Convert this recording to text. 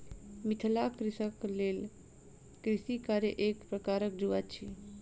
मिथिलाक कृषकक लेल कृषि कार्य एक प्रकारक जुआ अछि